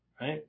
right